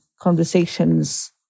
conversations